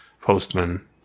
Postman